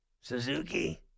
Suzuki